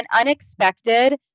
unexpected